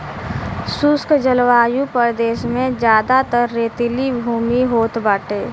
शुष्क जलवायु प्रदेश में जयादातर रेतीली भूमि होत बाटे